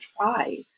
try